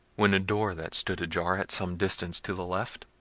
when a door that stood ajar, at some distance to the left,